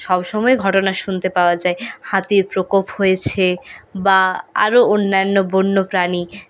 সব সময় ঘটনা শুনতে পাওয়া যায় হাতির প্রকোপ হয়েছে বা আরও অন্যান্য বন্য প্রাণী